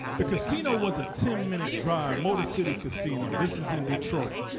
the casino was a ten minute drive, motorcity casino. this is in detroit.